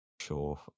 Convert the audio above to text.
Sure